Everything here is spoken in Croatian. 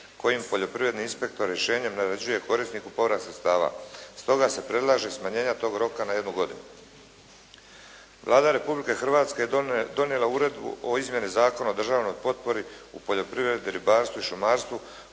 kojim poljoprivredni inspektor rješenjem naređuje korisniku povrat sredstava, stoga se predlaže smanjenje tog roka na jednu godinu. Vlada Republike Hrvatske je donijela uredbu o Izmjeni Zakona o državnoj potpori u poljoprivredi, ribarstvu i šumarstvu